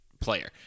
player